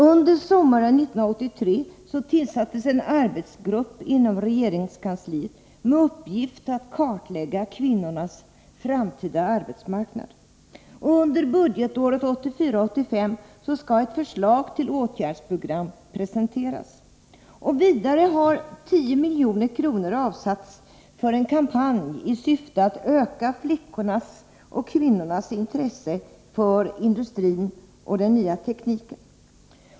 Under sommaren 1983 tillsattes en arbetsgrupp inom regeringskansliet med uppgift att kartlägga kvinnornas framtida arbetsmarknad. Under budgetåret 1984/85 skall ett förslag till åtgärdsprogram presenteras. Vidare har 10 milj.kr. avsatts för en kampanj i syfte att öka flickornas och kvinnornas intresse för industrin och den nya tekniken.